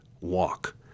walk